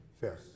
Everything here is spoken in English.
Fair